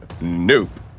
nope